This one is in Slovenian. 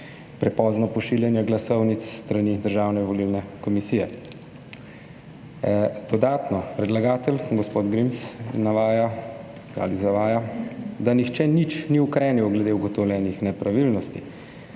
prepozno pošiljanje glasovnic s strani Državne volilne komisije. Dodatno, predlagatelj gospod Grims navaja ali zavaja, da nihče nič ni ukrenil glede ugotovljenih nepravilnosti,